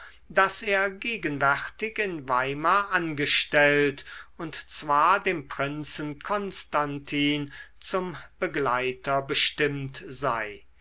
daß er gegenwärtig in weimar angestellt und zwar dem prinzen konstantin zum begleiter bestimmt sei